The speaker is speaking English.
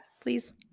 Please